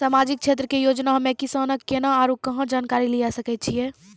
समाजिक क्षेत्र के योजना हम्मे किसान केना आरू कहाँ जानकारी लिये सकय छियै?